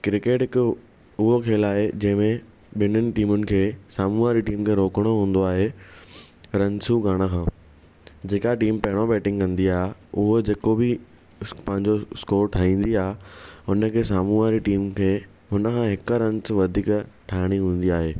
cricket हिकु उहो खेल आहे जंहिंमें ॿिनिनि टीमुनि खे साम्हूं वारी टीम खे रोकिणो हूंदो आहे रंसियूं खणण सां जेका टीम पहिरियों बैटिंग कंदी आहे उहो जेको बि पंहिंजो स्कोर ठाहींदी आहे हुनखे साम्हूं वारी टीम ते हुन खां हिकु रंस वधीक ठाहिणी हूंदी आहे